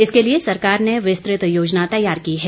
इसके लिए सरकार ने विस्तृत योजना तैयार की है